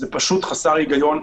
זה פשוט חסר היגיון,